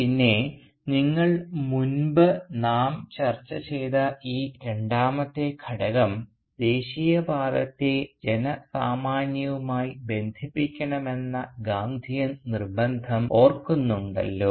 പിന്നെ നിങ്ങൾ മുൻപു നാം ചർച്ച ചെയ്ത ഈ രണ്ടാമത്തെ ഘടകം ദേശീയ വാദത്തെ ജനസാമാന്യവുമായി ബന്ധിപ്പിക്കണമെന്ന ഗാന്ധിയൻ നിർബന്ധം ഓർക്കുന്നുണ്ടല്ലോ